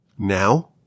Now